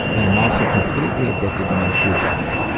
i am also completely addicted to my shoe fetish.